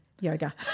yoga